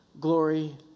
glory